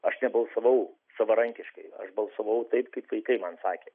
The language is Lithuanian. aš nebalsavau savarankiškai aš balsavau taip kaip vaikai man sakė